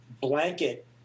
blanket